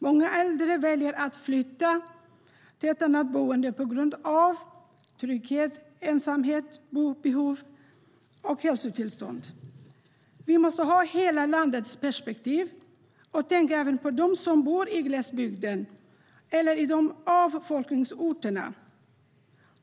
Många äldre väljer att flytta till ett annat boende på grund av brist på trygghet, ensamhet, vårdbehov eller sämre hälsotillstånd. Vi måste ha ett hela-landet-perspektiv och tänka även på dem som bor i glesbygden eller i avfolkningsorterna.